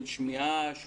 של שמיעה,